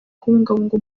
kubungabunga